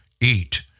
eat